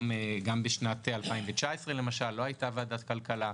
גם בשנת 2019 לא הייתה ועדת כלכלה,